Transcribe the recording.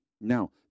now